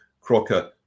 Crocker